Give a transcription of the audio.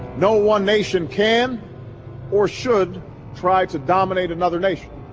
no one nation can or should try to dominate another nation.